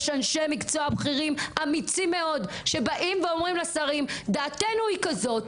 יש אנשי מקצוע בכירים אמיצים מאוד שבאים ואומרים לשרים - דעתנו היא כזו,